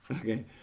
Okay